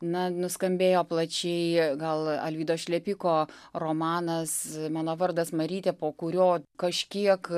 na nuskambėjo plačiai gal alvydo šlepiko romanas mano vardas marytė po kurio kažkiek